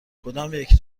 کدامیک